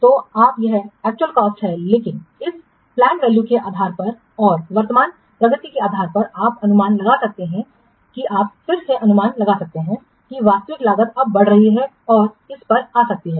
तो आज यह एक्चुअल कॉस्ट है लेकिन इस प्लैंड वैल्यू के आधार पर और वर्तमान प्रगति के आधार पर आप अनुमान लगा सकते हैं कि आप फिर से अनुमान लगा सकते हैं कि वास्तविक लागत अब बढ़ रही होगी और इस पर आ सकती है